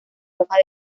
hoja